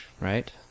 right